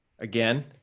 Again